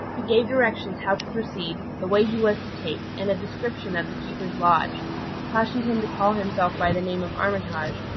he gave directions how to proceed, the way he was to take, and a description of the keeper's lodge cautioned him to call himself by the name of armitage,